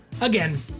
again